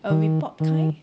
a report kind